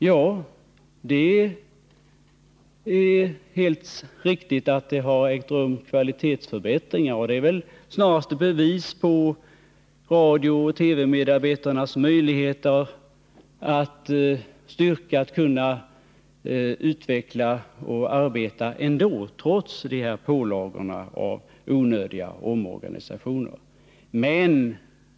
Ja, det är helt riktigt att det har ägt rum kvalitetsförbättringar, och det är väl snarast ett bevis på radiooch TV-medarbetarnas förmåga att arbeta ändå, trots de här pålagorna av onödiga omorganisationer.